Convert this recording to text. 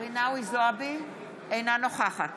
זועבי, אינה נוכחת